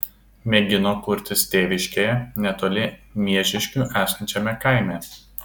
mėgino kurtis tėviškėje netoli miežiškių esančiame kaime